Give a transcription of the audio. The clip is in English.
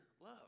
love